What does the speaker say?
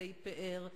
בתי פאר,